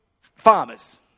farmers